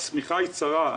השמיכה היא צרה,